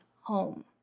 home